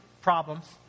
problems